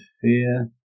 fear